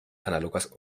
análogas